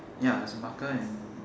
ya there's a marker and